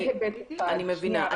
אני מבינה.